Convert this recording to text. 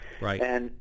Right